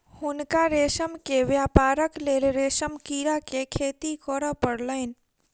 हुनका रेशम के व्यापारक लेल रेशम कीड़ा के खेती करअ पड़लैन